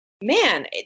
man